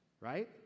Right